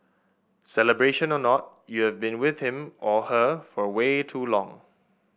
celebration or not you've been with him or her for way too long